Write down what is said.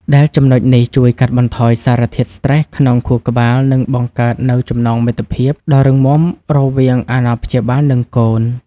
ដែលចំណុចនេះជួយកាត់បន្ថយសារធាតុស្ត្រេសក្នុងខួរក្បាល និងបង្កើតនូវចំណងមិត្តភាពដ៏រឹងមាំរវាងអាណាព្យាបាល និងកូន។